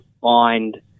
find